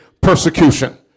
persecution